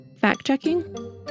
Fact-checking